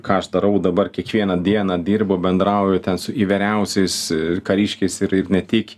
ką aš darau dabar kiekvieną dieną dirbu bendrauju ten su įvairiausiais kariškiais ir ir ne tik